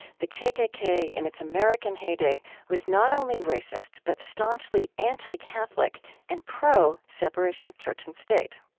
the kkk, in its american heyday, was not only racist but staunchly anti-catholic and pro separation of church and state.